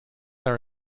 are